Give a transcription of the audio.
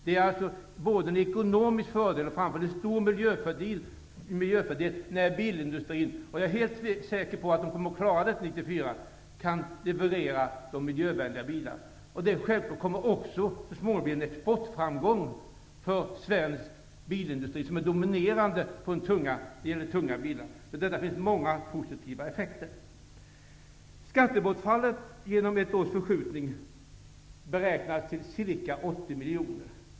Det blir alltså både en ekonomisk fördel och framför allt en stor miljöfördel när bilindustrin -- och jag är säker på att den kan klara detta till 1994 -- kan leverera de miljövänligare bilarna. Självfallet kommer detta så småningom också att bli en exportframgång för den svenska bilindustrin, som är dominerande när det gäller tunga bilar. Man får alltså många positiva effekter. Skattebortfallet genom ett års förskjutning beräknas till ca 80 milj.